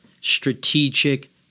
Strategic